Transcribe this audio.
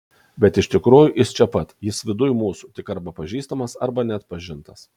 bet iš tikrųjų jis čia pat jis viduj mūsų tik arba pažįstamas arba neatpažintas